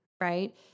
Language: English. right